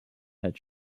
had